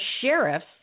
sheriffs